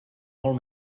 molt